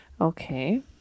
okay